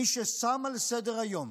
מי ששמו על סדר-היום